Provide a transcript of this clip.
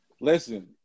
Listen